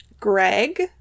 Greg